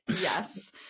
Yes